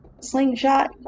slingshot